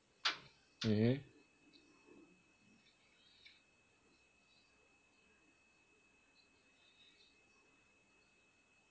mmhmm